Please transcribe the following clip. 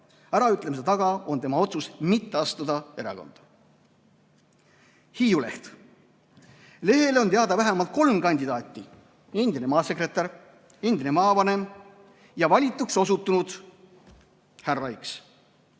Äraütlemise taga on tema otsus mitte astuda erakonda. Hiiu Leht. Lehele on teada vähemalt kolm kandidaati: endine maasekretär, endine maavanem ja valituks osutunud härra X.